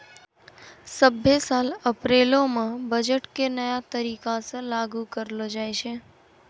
सभ्भे साल अप्रैलो मे बजट के नया तरीका से लागू करलो जाय छै